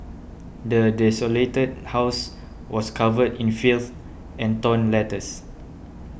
the desolated house was covered in filth and torn letters